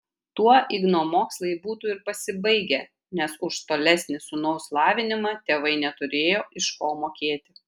tuo igno mokslai būtų ir pasibaigę nes už tolesnį sūnaus lavinimą tėvai neturėjo iš ko mokėti